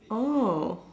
oh